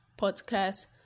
podcast